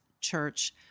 church